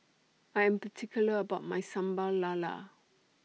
I Am particular about My Sambal Lala